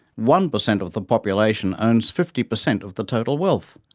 one percent of the population owns fifty percent of the total wealth.